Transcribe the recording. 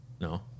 No